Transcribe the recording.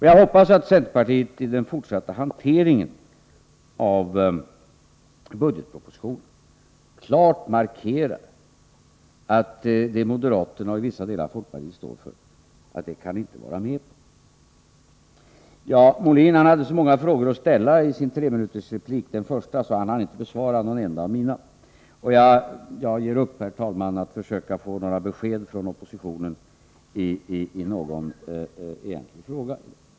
Jag hoppas att centerpartiet i den fortsatta hanteringen av budgetpropositionen klart markerar att man inte kan vara med på det som moderaterna och i vissa delar folkpartiet står för. Björn Molin hade så många frågor att ställa i sin första treminutersreplik att han inte hann besvara någon enda av mina frågor. Jag ger upp, herr talman, i försöken att få några besked från oppositionen i någon fråga.